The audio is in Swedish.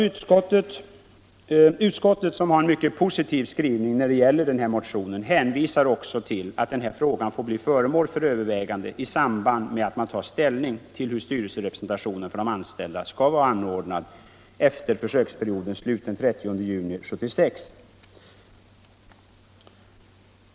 Utskottet, som har en mycket positiv skrivning när det gäller denna motion, hänvisar också till att frågan får bli föremål för övervägande i samband med att man tar ställning till hur styrelserepresentationen för anställda skall vara anordnad efter försöksperiodens slut den 30 juni 1976.